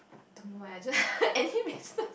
don't know I just any business